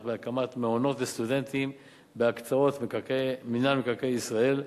בהקמת מעונות לסטודנטים בהקצאות מינהל מקרקעי ישראל.